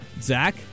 Zach